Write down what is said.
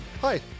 Hi